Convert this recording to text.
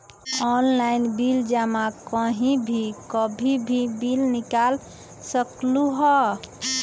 Online bill जमा कहीं भी कभी भी बिल निकाल सकलहु ह?